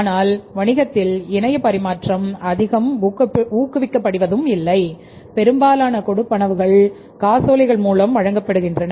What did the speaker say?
ஆனால் வணிகத்தில் இணைய பரிமாற்றம் அதிகம் ஊக்குவிக்கப்படுவதில்லை பெரும்பாலான கொடுப்பனவுகள் காசோலைகள் மூலம் வழங்கப்படுகின்றன